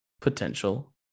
Potential